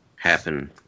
Happen